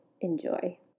enjoy